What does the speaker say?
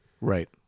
right